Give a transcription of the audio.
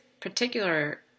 particular